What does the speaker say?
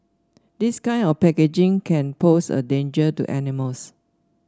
this kind of packaging can pose a danger to animals